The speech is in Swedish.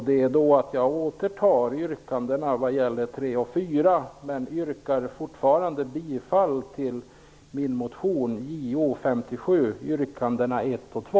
Därför återtar jag mitt yrkande vad gäller punkterna 3 och 4, men yrkar fortfarande bifall till min motion Jo57, yrkandena 1 och 2.